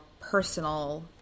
personal